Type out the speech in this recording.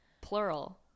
Plural